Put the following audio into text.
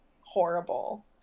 horrible